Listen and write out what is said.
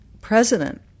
president